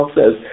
says